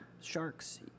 sharks